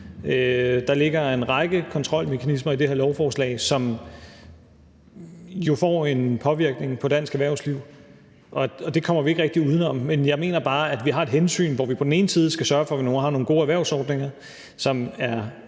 Der ligger en række kontrolmekanismer i det her lovforslag, som jo får en påvirkning på dansk erhvervsliv. Det kommer vi ikke rigtig uden om. Men jeg mener bare, at vi har et hensyn, hvor vi på den ene side skal sørge for, at vi har nogle gode erhvervsordninger, som er